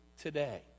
today